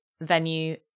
venue